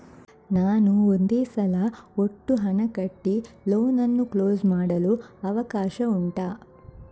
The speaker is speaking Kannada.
ನಾನು ಒಂದೇ ಸಲ ಒಟ್ಟು ಹಣ ಕಟ್ಟಿ ಲೋನ್ ಅನ್ನು ಕ್ಲೋಸ್ ಮಾಡಲು ಅವಕಾಶ ಉಂಟಾ